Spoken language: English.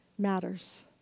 Matters